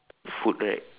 food right